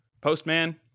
postman